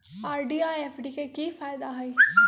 RD आ FD के कि फायदा हई?